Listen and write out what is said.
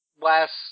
last